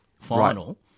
final